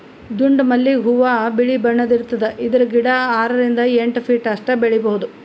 ದುಂಡ್ ಮಲ್ಲಿಗ್ ಹೂವಾ ಬಿಳಿ ಬಣ್ಣದ್ ಇರ್ತದ್ ಇದ್ರ್ ಗಿಡ ಆರರಿಂದ್ ಎಂಟ್ ಫೀಟ್ ಅಷ್ಟ್ ಬೆಳಿಬಹುದ್